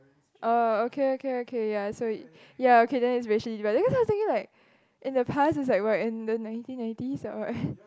oh okay okay okay ya so it ya okay then its racial divide because I was thinking like in the past is like what in the nineteen nineties or what